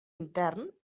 intern